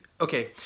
Okay